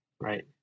right